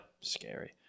Scary